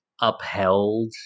upheld